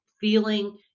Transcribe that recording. feeling